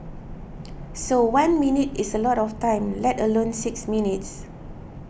so one minute is a lot of time let alone six minutes